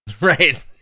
Right